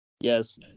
Yes